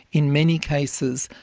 in many cases,